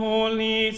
Holy